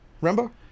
Remember